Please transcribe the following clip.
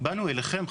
באנו אליכם,